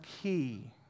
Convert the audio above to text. key